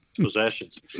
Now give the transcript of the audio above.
possessions